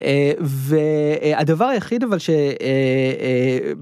והדבר היחיד אבל ש.